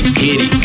kitty